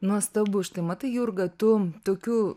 nuostabu štai matai jurga tu tokiu